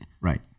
right